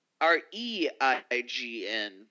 R-E-I-G-N